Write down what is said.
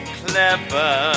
clever